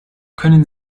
können